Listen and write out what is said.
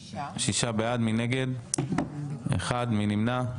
הצבעה בעד, 6 נגד, 1 נמנעים,